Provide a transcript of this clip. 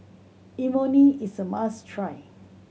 imoni is a must try